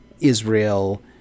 Israel